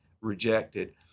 rejected